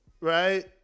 right